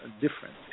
different